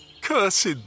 cursed